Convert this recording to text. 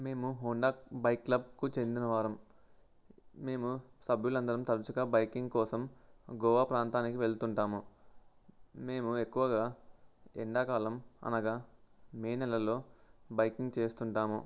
మేము Honda bike క్లబ్కు చెందిన వారం మేము సభ్యులందరం తరచుగా బైకింగ్ కోసం గోవా ప్రాంతానికి వెళ్తుంటాము మేము ఎక్కువగా ఎండాకాలం అనగా మే నెలలో బైకింగ్ చేస్తుంటాము